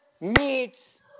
meets